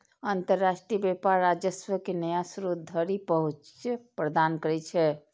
अंतरराष्ट्रीय व्यापार राजस्व के नया स्रोत धरि पहुंच प्रदान करै छै